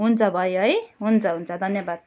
हुन्छ भयो है हुन्छ हुन्छ धन्यवाद